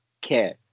care